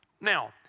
Now